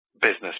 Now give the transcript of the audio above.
business